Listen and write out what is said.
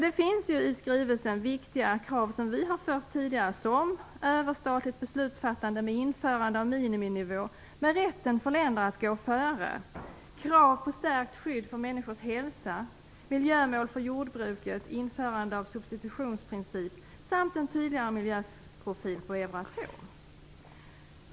Det finns i skrivelsen viktiga krav som vi ställt tidigare, som överstatligt beslutsfattande med införande av miniminivå med rätten för länder att gå före, krav på stärkt skydd för människors hälsa, miljömål för jordbruket, införande av substitutionsprincipen samt en tydligare miljöprofil på Euratom.